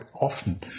often